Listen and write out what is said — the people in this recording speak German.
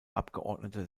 abgeordneter